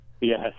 Yes